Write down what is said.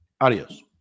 Adios